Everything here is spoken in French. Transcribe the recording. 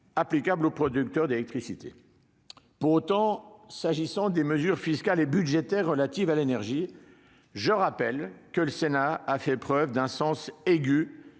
applicable aux producteurs d'électricité. Pour autant, sur les mesures fiscales et budgétaires relatives à l'énergie, je rappelle que le Sénat a fait preuve d'un sens aigu